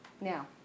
now